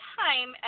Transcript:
time